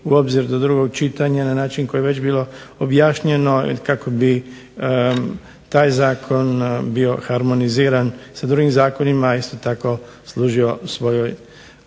u obzir do drugog čitanja na način koji je već bilo objašnjeno kako bi taj zakon bio harmoniziran sa drugim zakonima isto tako služio svojoj